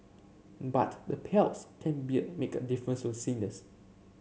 but the payouts can be make a difference to